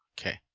Okay